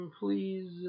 please